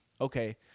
okay